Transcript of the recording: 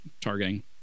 targeting